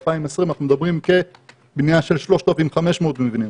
2020 יש בנייה של 3,500 מבנים.